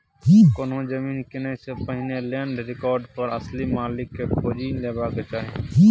कोनो जमीन कीनय सँ पहिने लैंड रिकार्ड पर असली मालिक केँ खोजि लेबाक चाही